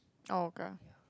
oh okay